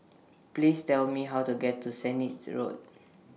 Please Tell Me How to get to Sennett's Road